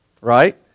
right